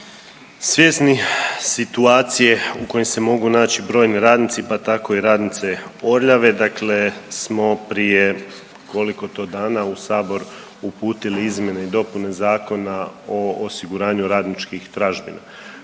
Svjesni situacije u kojem se mogu naći bojni radnici pa tako i radnice Orljave dakle smo prije koliko to dana u sabor uputili izmjene i dopune Zakona o osiguranju radničkih tražbina.